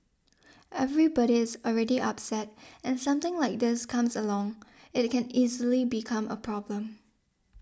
everybody is already upset and something like this comes along it can easily become a problem